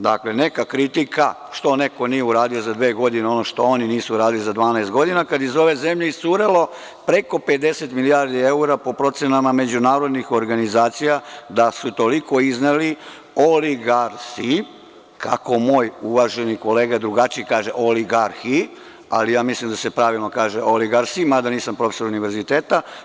Dakle, neka kritika što neko nije uradio za dve godine ono što oni nisu uradili za 12 godina kada je iz ove zemlje iscurelo preko pedeset milijarde eura po procenama međunarodnih organizacija, da su toliko izneli oligarsi kako moj uvaženi kolega drugačije kaže oligarhi, ali ja mislim da se pravilno kaže oligarsi mada nisam profesor univerziteta.